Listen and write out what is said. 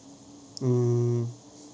mm